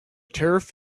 turf